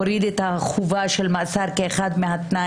האם אפשר להוריד את החובה של מאסר כאחד התנאים,